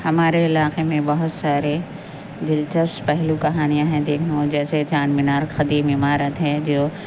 ہمارے علاقے میں بہت سارے دلچسپ پہلو کہانیاں ہیں دیکھنے کو جیسے چار مینار قدیم عمارت ہے جو